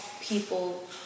people